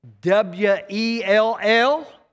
W-E-L-L